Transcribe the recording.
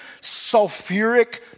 sulfuric